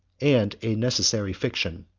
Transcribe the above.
and a necessary fiction,